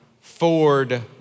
Ford